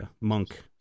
Monk